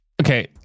okay